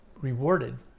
rewarded